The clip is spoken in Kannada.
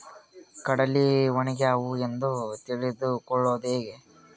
ಕಡಲಿ ಒಣಗ್ಯಾವು ಎಂದು ತಿಳಿದು ಕೊಳ್ಳೋದು ಹೇಗೆ?